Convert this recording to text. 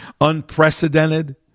unprecedented